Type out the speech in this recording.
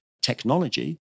technology